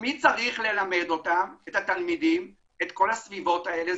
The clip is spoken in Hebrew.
מי שצריך ללמד את התלמידים את כל הסביבות האלה?